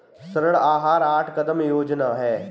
ऋण आहार आठ कदम योजना है